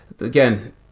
again